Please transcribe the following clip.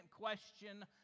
question